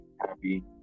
happy